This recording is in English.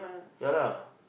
ya lah